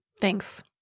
Thanks